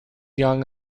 young